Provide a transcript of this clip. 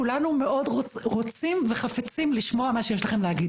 כולנו מאוד רוצים וחפצים לשמוע את מה שיש לכם להגיד,